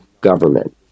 government